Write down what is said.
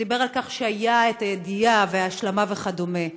שדיבר על כך שהייתה ידיעה והשלמה וכדומה.